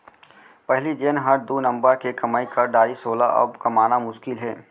पहिली जेन हर दू नंबर के कमाई कर डारिस वोला अब कमाना मुसकिल हे